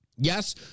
Yes